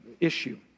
issue